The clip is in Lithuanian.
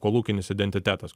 kolūkinis identitetas